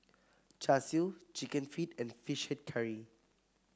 Char Siu chicken feet and fish head curry